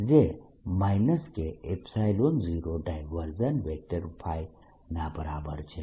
જે K0 ના બરાબર છે